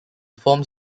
forms